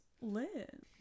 Lit